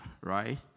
right